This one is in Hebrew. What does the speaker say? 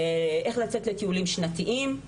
איך לצאת לטיולים שנתיים,